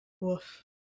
Woof